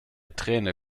träne